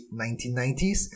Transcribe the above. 1990s